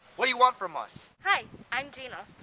what do you want from us? hi, i'm gina.